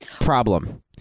Problem